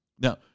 Now